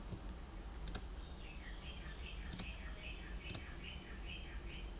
okay